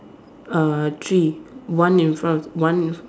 uh three one in front one